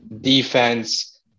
defense